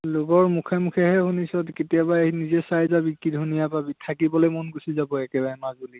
লগৰ মুখে মুখেহে শুনিছঁ কেতিয়াবা আহি নিজে চাই যাবি কি ধুনীয়া পাবি থাকিবলৈ মন গুচি যাব একেবাৰে মাজুলীত